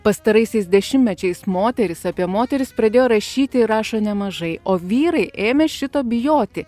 pastaraisiais dešimtmečiais moterys apie moteris pradėjo rašyti ir rašo nemažai o vyrai ėmė šito bijoti